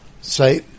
say